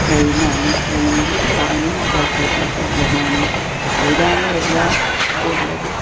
ട്രെയിനാണ് ട്രെയിനിൽ പോകാനും നല്ല സുഖം ഒക്കെ തന്നെയാണ് അതിലാണ് എല്ലാ ഇതും ഉള്ളത്